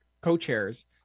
co-chairs